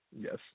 yes